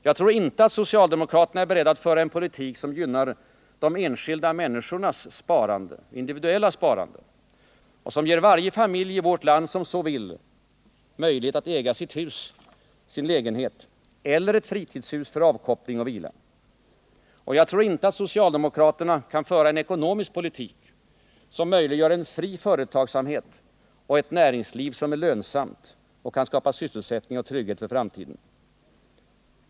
Jag tror inte att socialdemokraterna är beredda att föra en politik som gynnar de enskilda människornas individuella sparande och som ger varje familj i vårt land som så vill möjlighet att äga sitt hus, sin lägenhet eller ett fritidshus för avkoppling och vila. Jag tror inte att socialdemokraterna kan föra en ekonomisk politik som möjliggör en fri företagsamhet och ett näringsliv som är lönsamt och som kan skapa sysselsättning och trygghet för framtiden.